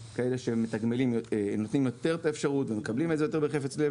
יש כאלה שנותנים יותר אפשרות ומקבלים את זה יותר בחפץ לב